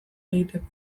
egiteko